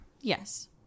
Yes